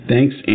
Thanks